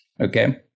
okay